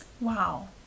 Wow